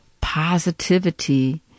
positivity